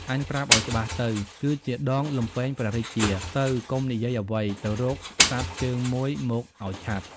អញប្រាប់ឲ្យច្បាស់ទៅ គឺជាដងលំពែងព្រះរាជា ទៅកុំនិយាយអ្វី ទៅរកសត្វជើងមួយមកឲ្យឆាប់"។